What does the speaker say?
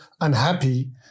unhappy